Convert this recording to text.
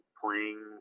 playing